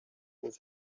with